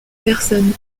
personnes